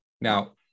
Now